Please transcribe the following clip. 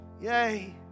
yay